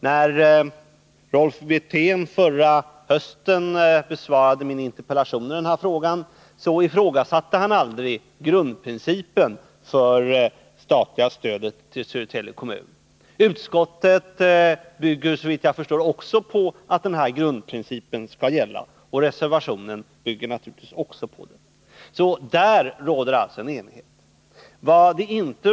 När Rolf Wirtén förra hösten besvarade min interpellation i denna fråga ifrågasatte han aldrig grundprincipen för det statliga stödet till Södertälje kommun. Utskottet bygger, såvitt jag förstår, också sin uppfattning på att denna grundprincip skall gälla, och det gör naturligtvis också reservationen. Där råder det alltså enighet.